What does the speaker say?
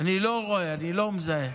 אני לא רואה, אני לא מזהה.